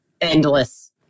endless